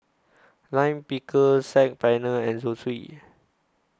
Lime Pickle Saag Paneer and Zosui